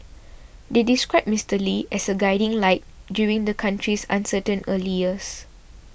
they described Mister Lee as a guiding light during the country's uncertain early years